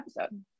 episode